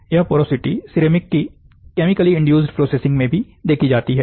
यह porosity ceramic की chemically induced processing में भी देखी जाती है